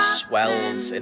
swells